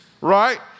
right